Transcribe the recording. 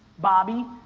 bobby,